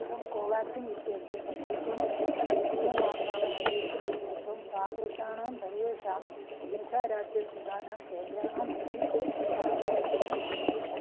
अहं कोवाक्सिन् इत्यस्य सशुल्कं द्वितीयां मात्रामन्वेष्टुं यते त्वं तादृशाणां सर्वेषां ओडीशा राज्ये स्थितानां केन्द्राणां सूचीं स्थापयसि किम्